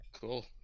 Cool